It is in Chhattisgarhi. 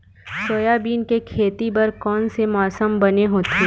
सोयाबीन के खेती बर कोन से मौसम बने होथे?